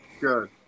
Good